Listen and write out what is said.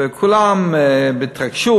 וכולם היו בהתרגשות.